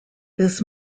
this